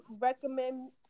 recommend